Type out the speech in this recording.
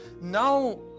Now